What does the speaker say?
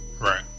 Right